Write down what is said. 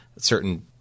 certain